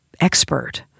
expert